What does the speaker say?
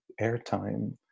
airtime